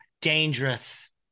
dangerous